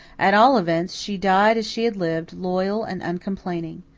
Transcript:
at all events, she died as she had lived, loyal and uncomplaining.